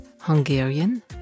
Hungarian